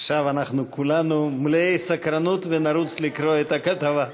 עכשיו אנחנו כולנו מלאי סקרנות ונרוץ לקרוא את הכתבה.